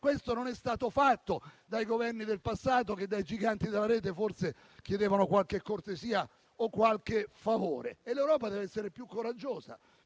Questo non è stato fatto dai Governi del passato, che ai giganti della Rete forse chiedevano qualche cortesia o qualche favore. L'Europa deve essere più coraggiosa: